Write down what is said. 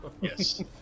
Yes